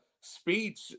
speech